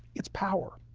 it's power.